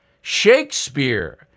Shakespeare